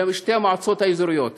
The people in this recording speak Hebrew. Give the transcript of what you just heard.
לשתי המועצות האזוריות.